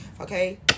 Okay